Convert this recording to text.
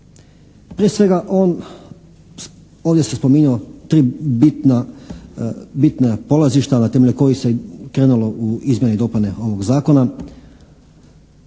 Prije svega on, ovdje se spominju 3 bitna polazišta na temelju kojih se krenulo u izmjene i dopune ovog Zakona.